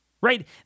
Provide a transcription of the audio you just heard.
Right